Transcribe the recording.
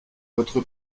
votre